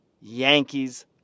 Yankees